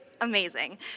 Amazing